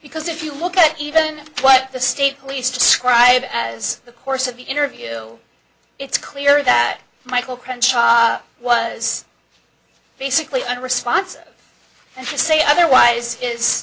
because if you look at even what the state police describe as the course of the interview it's clear that michael crenshaw was basically a response to say otherwise is